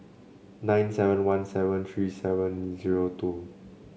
nine seven one seven three seven zero two